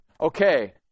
okay